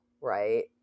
right